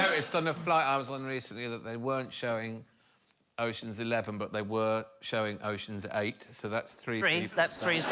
it's under flight i was one recently that they weren't showing ocean's eleven, but they were showing oceans eight. so that's three. that's three